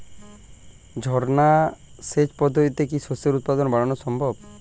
ঝর্না সেচ পদ্ধতিতে কি শস্যের উৎপাদন বাড়ানো সম্ভব?